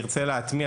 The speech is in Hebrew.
נרצה להטמיע,